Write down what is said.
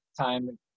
time